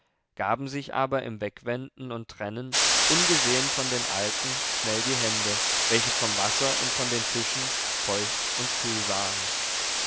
gaben sich aber im wegwenden und trennen ungesehen von den alten schnell die hände welche vom wasser und von den fischen feucht und kühl waren